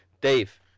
Dave